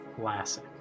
Classic